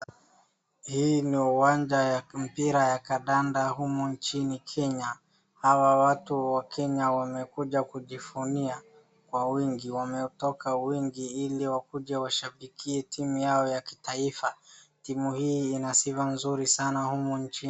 Hii ni uwanja ya mpira ya akandanda humu nchini Kenya. hawa watu wakenya wamekuja kujivunia kwa wingi. Wametoka wengi iliwakuje washabikie timu yao ya kitaifa. Timu hii ina sifa nzuri sana humu nchini.